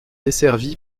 desservi